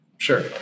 Sure